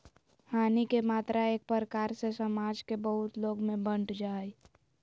हानि के मात्रा एक प्रकार से समाज के बहुत लोग में बंट जा हइ